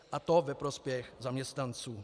A to ve prospěch zaměstnanců.